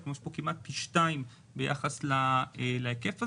יש פה כמעט פי שניים ביחס להיקף הזה,